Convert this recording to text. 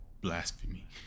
blasphemy